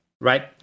right